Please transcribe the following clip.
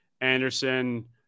Anderson